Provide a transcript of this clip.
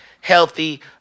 healthy